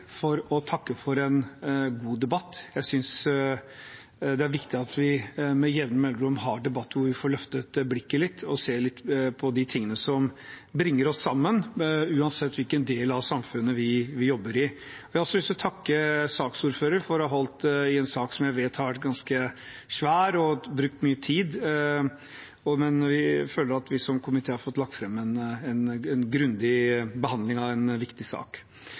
for å takke for en god debatt. Jeg synes det er viktig at vi med jevne mellomrom har en debatt hvor vi får løftet blikket litt og sett på de tingene som bringer oss sammen, uansett hvilken del av samfunnet vi jobber i. Jeg har også lyst til å takke saksordføreren for å ha holdt i en sak som jeg vet har vært ganske svær og tatt mye tid. Men vi føler at vi som komité har fått lagt fram en grundig behandling av en viktig sak.